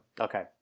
Okay